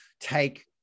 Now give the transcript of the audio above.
take